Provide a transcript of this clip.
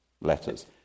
letters